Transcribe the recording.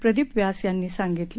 प्रदीपव्यासयांनीसांगितलं